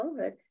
COVID